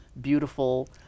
beautiful